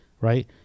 right